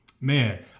Man